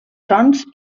sons